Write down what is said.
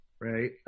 right